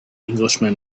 englishman